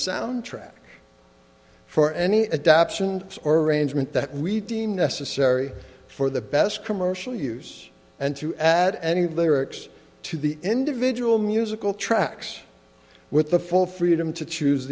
soundtrack for any adaption or arrangement that we deem necessary for the best commercial use and to add any lyrics to the individual musical tracks with the full freedom to choose